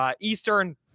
Eastern